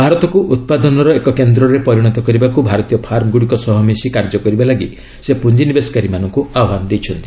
ଭାରତକୁ ଉତ୍ପାଦନର ଏକ କେନ୍ଦ୍ରରେ ପରିଣତ କରିବାକୁ ଭାରତୀୟ ଫାର୍ମଗ୍ରଡ଼ିକ ସହ ମିଶି କାର୍ଯ୍ୟ କରିବା ଲାଗି ସେ ପ୍ରଞ୍ଜିନିବେଶକାରୀ ମାନଙ୍କ ଆହ୍ୱାନ ଦେଇଛନ୍ତି